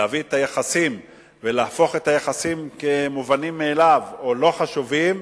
להביא את היחסים ולהפוך את היחסים למובנים מאליהם או לא חשובים,